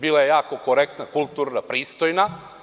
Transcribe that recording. Bila je jako korektna, kulturna i pristojna.